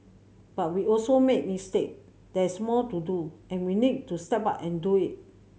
but we also made mistake there's more to do and we need to step up and do it